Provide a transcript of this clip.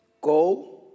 Go